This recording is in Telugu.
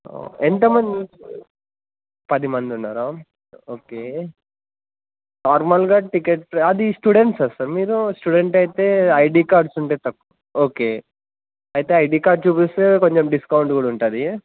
ఎంత మంది పది మంది ఉన్నారా ఓకే నార్మల్గా టికెట్ అది స్టూడెంట్స్ వస్తారా మీరు స్టూడెంట్ అయితే ఐడీ కార్డ్స్ ఉంటే తక్కువ ఓకే అయితే ఐడీ కార్డ్ చూపిస్తే కొంచెం డిస్కౌంట్ కూడా ఉంటుంది